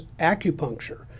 acupuncture